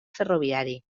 ferroviari